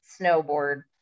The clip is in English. snowboard